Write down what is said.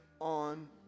on